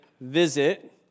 visit